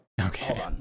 Okay